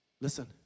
listen